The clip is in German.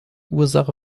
ursache